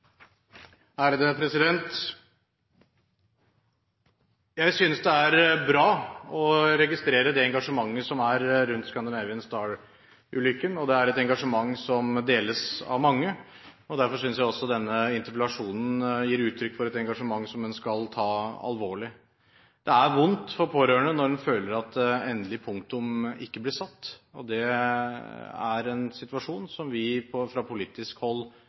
og det er et engasjement som deles av mange. Derfor synes jeg også denne interpellasjonen gir uttrykk for et engasjement som en skal ta alvorlig. Det er vondt for pårørende når man føler at endelig punktum ikke blir satt, og det er en situasjon som vi fra politisk hold